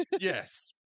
Yes